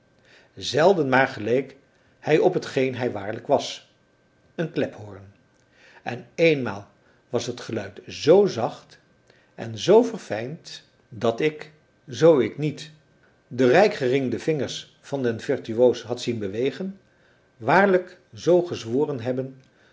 zelden maar geleek hij op hetgeen hij waarlijk was een klephoorn en eenmaal was het geluid zoo zacht en zoo verfijnd dat ik zoo ik niet de rijkgeringde vingers van den virtuoos had zien bewegen waarlijk zoo gezworen hebben